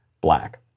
black